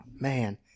man